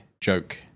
joke